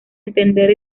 entender